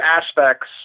aspects